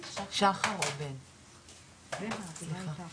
שעלה בישיבה